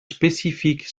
spécifique